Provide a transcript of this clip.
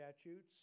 statutes